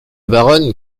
baronne